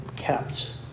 kept